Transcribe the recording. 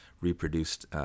reproduced